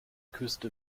küste